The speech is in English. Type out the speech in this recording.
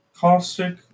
Caustic